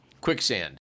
quicksand